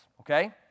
okay